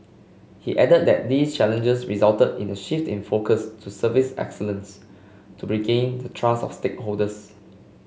he added that these challenges resulted in a shift in focus to service excellence to regain the trust of stakeholders